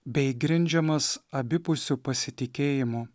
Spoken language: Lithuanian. bei grindžiamas abipusiu pasitikėjimu